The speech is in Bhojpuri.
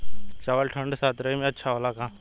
चावल ठंढ सह्याद्री में अच्छा होला का?